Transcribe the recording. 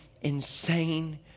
insane